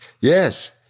yes